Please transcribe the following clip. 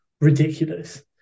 ridiculous